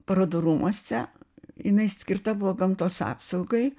parodų rūmuose jinai skirta buvo gamtos apsaugai